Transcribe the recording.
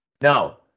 Now